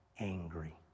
angry